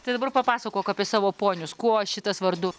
tai dabar papasakok apie savo ponius kuo šitas vardu